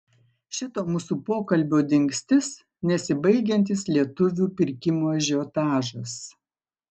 šito mūsų pokalbio dingstis nesibaigiantis lietuvių pirkimo ažiotažas